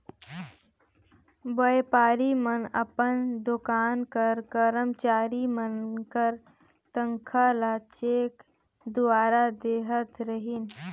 बयपारी मन अपन दोकान कर करमचारी मन कर तनखा ल चेक दुवारा देहत रहिन